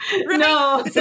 no